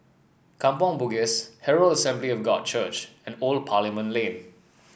Kampong Bugis Herald Assembly of God Church and Old Parliament Lane